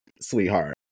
sweetheart